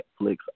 Netflix